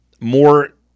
More